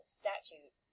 statute